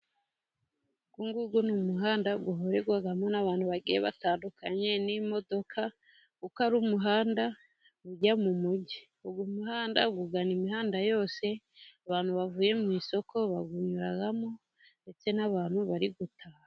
Uyunguyu ni umuhanda uhurirwamo n'abantu bagiye batandukanye, n'imodoka, kuko ari umuhanda ujya mu mujyi. Uyu muhanda ugana imihanda yose, abantu bavuye mu isoko bawunyuramo, ndetse n'abantu bari gutaha.